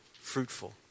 fruitful